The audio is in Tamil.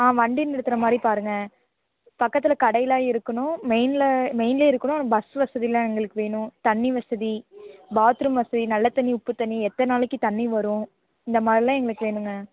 ஆ வண்டி நிறுத்துகிற மாதிரி பாருங்க பக்கத்தில் கடையெலாம் இருக்கணும் மெயினில் மெயினிலே இருக்கணும் ஆனால் பஸ் வசதியெலாம் எங்களுக்கு வேணும் தண்ணி வசதி பாத்ரூம் வசதி நல்ல தண்ணி உப்பு தண்ணி எத்தனை நாளைக்கு தண்ணி வரும் இந்த மாதிரிலாம் எங்களுக்கு வேணும்ங்க